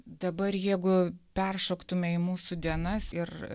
dabar jeigu peršoktumėte į mūsų dienas ir